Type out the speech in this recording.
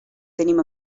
tenim